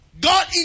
God